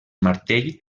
martell